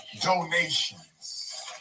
donations